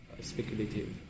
Speculative